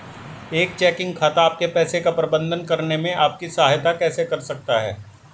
एक चेकिंग खाता आपके पैसे का प्रबंधन करने में आपकी सहायता कैसे कर सकता है?